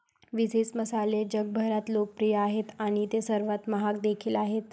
विशेष मसाले जगभरात लोकप्रिय आहेत आणि ते सर्वात महाग देखील आहेत